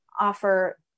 offer